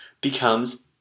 becomes